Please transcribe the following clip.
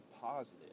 positive